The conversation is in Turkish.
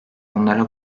onlara